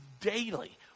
daily